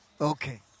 okay